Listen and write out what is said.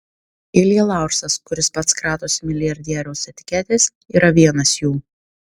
ilja laursas kuris pats kratosi milijardieriaus etiketės yra vienas jų